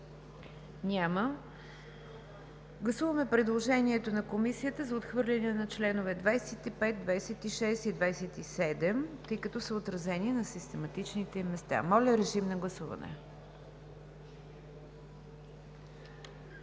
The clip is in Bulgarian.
на гласуване предложението на Комисията за отхвърляне на членове 25, 26 и 27, тъй като са отразени на систематичните им места. Гласували